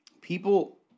people